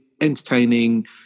entertaining